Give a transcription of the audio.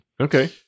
Okay